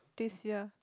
this year